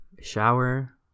shower